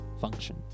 function